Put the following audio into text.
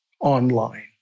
online